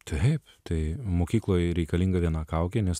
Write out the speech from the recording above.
taip tai mokykloj reikalinga viena kaukė nes